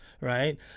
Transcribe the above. Right